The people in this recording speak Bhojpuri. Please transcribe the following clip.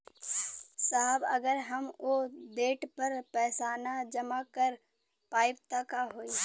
साहब अगर हम ओ देट पर पैसाना जमा कर पाइब त का होइ?